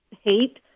hate